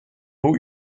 eau